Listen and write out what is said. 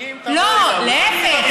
אם תבואי להוא, לא, להפך.